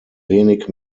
wenig